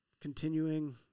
continuing